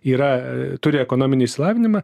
yra turi ekonominį išsilavinimą